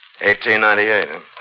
1898